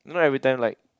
you know every time like